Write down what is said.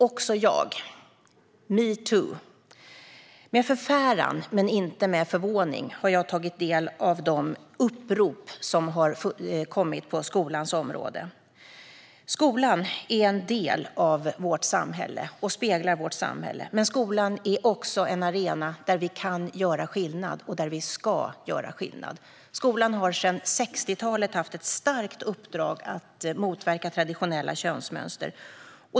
Också jag - metoo - har med förfäran men inte med förvåning tagit del av de upprop som har kommit på skolans område. Skolan är en del av samhället och speglar det, men skolan är också en arena där vi kan och ska göra skillnad. Skolan har sedan 60-talet haft ett starkt uppdrag att motverka traditionella könsmönster.